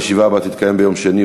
הישיבה הבאה תתקיים ביום שני,